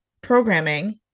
programming